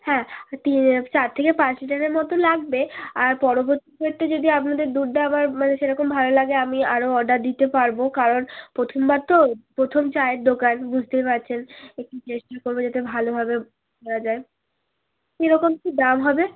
হ্যাঁ ঠিক আছে চার থেকে পাঁচ লিটারের মতো লাগবে আর পরবর্তী ক্ষেত্রে যদি আপনাদের দুধটা আবার মানে সেরকম ভালো লাগে আমি আরও অর্ডার দিতে পারবো কারণ প্রথমবার তো প্রথম চায়ের দোকান বুঝতেই পারছেন একটু চেষ্টা করবো যাতে ভালোভাবে দেওয়া যায় কী রকম কী দাম হবে